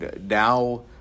now